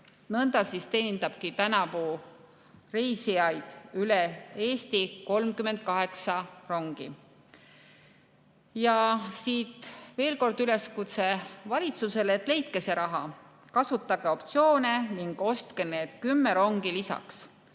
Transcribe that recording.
nõnda teenindabki tänavu reisijaid üle Eesti 38 rongi. Esitan veel kord valitsusele üleskutse, et leidke see raha, kasutage optsioone ning ostke need kümme rongi lisaks.